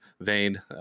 vein